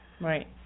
Right